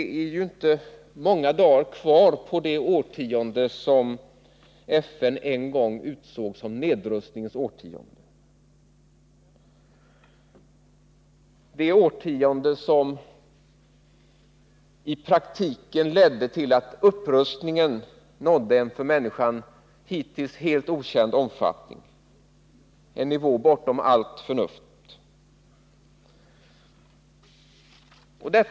Nu är det ju inte många dagar kvar på det årtionde som FN en gång utsåg som nedrustningens årtionde — det årtionde som i praktiken ledde till att upprustningen nådde en för människan hittills okänd omfattning, en nivå bortom allt förnuft.